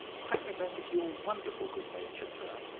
i remembered your wonderful good nature, sir,